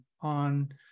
on